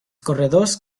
corredors